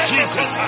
Jesus